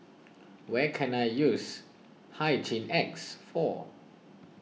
where can I use Hygin X for